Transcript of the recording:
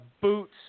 boots